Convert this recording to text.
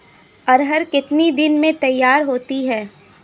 अरहर कितनी दिन में तैयार होती है?